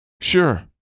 sure